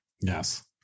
Yes